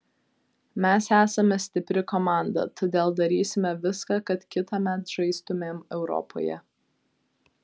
mes esame stipri komanda todėl darysime viską kad kitąmet žaistumėm europoje